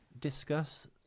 discuss